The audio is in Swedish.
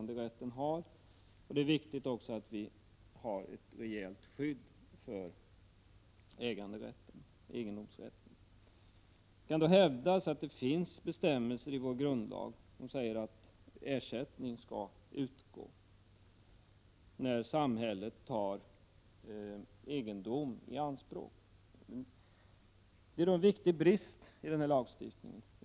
Det är viktigt att vi har ett rejält skydd för egendomsrätten. Det kan hävdas att det finns bestämmelser i vår grundlag som säger att ersättning skall utgå när samhället tar egendom i anspråk. Men det finns en viktig brist i denna lagstiftning.